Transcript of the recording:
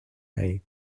day